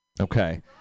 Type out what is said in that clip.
Okay